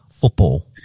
football